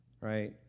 right